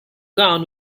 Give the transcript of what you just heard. gown